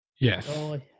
yes